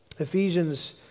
Ephesians